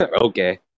Okay